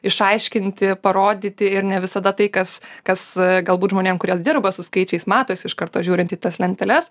išaiškinti parodyti ir ne visada tai kas kas galbūt žmonėm kurie dirba su skaičiais matosi iš karto žiūrint į tas lenteles